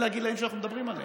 אלה הגילים שאנחנו מדברים עליהם.